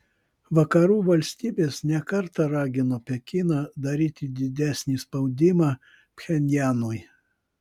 vakarų valstybės ne kartą ragino pekiną daryti didesnį spaudimą pchenjanui